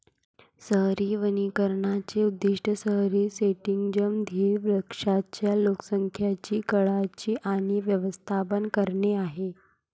शहरी वनीकरणाचे उद्दीष्ट शहरी सेटिंग्जमधील वृक्षांच्या लोकसंख्येची काळजी आणि व्यवस्थापन करणे आहे